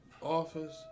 office